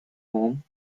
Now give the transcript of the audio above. home